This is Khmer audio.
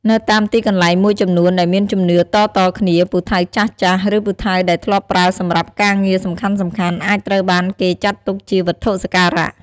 នៅតាមទីកន្លែងមួយចំនួនដែលមានជំនឿតៗគ្នា ពូថៅចាស់ៗ ឬពូថៅដែលធ្លាប់ប្រើសម្រាប់ការងារសំខាន់ៗ អាចត្រូវបានគេទុកជាវត្ថុសក្ការៈ។